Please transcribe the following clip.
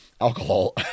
alcohol